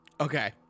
Okay